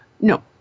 No